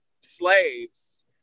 slaves